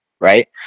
Right